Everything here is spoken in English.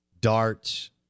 darts